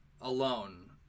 alone